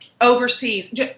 overseas